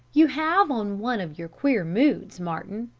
you have on one of your queer moods, martin,